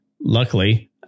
Luckily